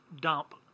dump